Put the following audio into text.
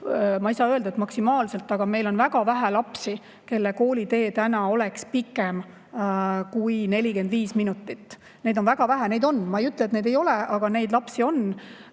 ma ei saa öelda, et maksimaalselt, aga meil on väga vähe lapsi, kelle koolitee täna oleks pikem kui 45 minutit. Neid on väga vähe. Neid on, ma ei ütle, et neid ei ole, neid lapsi on,